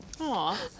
Aw